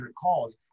calls